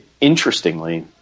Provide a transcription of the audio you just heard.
Interestingly